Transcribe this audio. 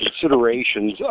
considerations